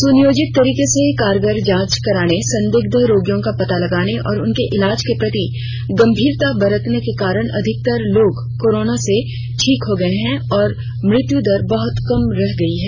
सुनियोजित तरीके से कारगर जांच करने संदिग्ध रोगियों का पता लगाने और उनके इलाज के प्रति गंभीरता बरतने के कारण अधिकतर लोग कोरोना से ठीक हो गए हैं और मृत्यु दर बहुत कम रही है